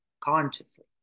consciously